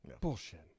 Bullshit